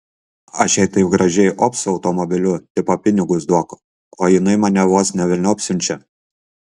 aš jai taip gražiai op su automobiliu tipo pinigus duok o jinai mane vos ne velniop siunčia